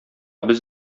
без